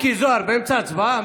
מיקי זוהר, באמצע הצבעה?